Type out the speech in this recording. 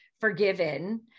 forgiven